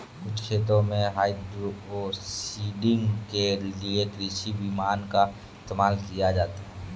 कुछ खेतों में हाइड्रोसीडिंग के लिए कृषि विमान का इस्तेमाल किया जाता है